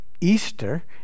Easter